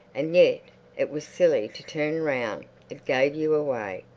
and yet it was silly to turn round it gave you away.